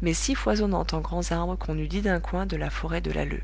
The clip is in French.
mais si foisonnante en grands arbres qu'on eût dit d'un coin de la forêt de l'alleu